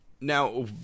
Now